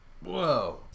Whoa